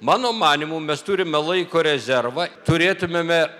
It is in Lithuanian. mano manymu mes turime laiko rezervą turėtumėme